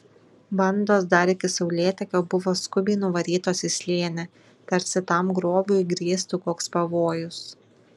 bandos dar iki saulėtekio buvo skubiai nuvarytos į slėnį tarsi tam grobiui grėstų koks pavojus